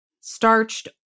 Starched